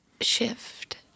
shift